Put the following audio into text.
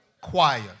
choir